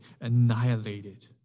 annihilated